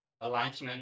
alignment